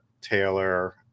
Taylor